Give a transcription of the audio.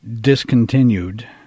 discontinued